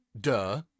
duh